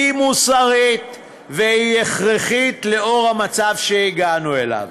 היא מוסרית והיא הכרחית לנוכח המצב שהגענו אליו.